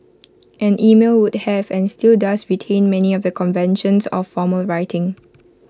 and email would have and still does retain many of the conventions of formal writing